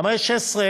כי יש 16,000,